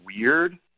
weird